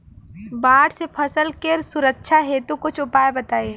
बाढ़ से फसल के सुरक्षा हेतु कुछ उपाय बताई?